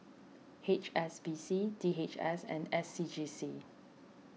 H S B C D H S and S C G C